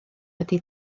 wedi